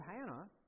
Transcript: Hannah